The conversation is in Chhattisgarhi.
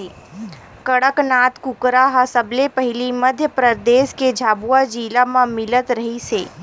कड़कनाथ कुकरा ह सबले पहिली मध्य परदेस के झाबुआ जिला म मिलत रिहिस हे